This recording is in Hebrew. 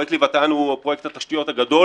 פרויקט "לוויתן" הוא פרויקט התשתיות הגדול